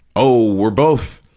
oh, we're both,